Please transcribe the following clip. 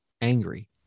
angry